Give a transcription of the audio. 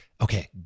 okay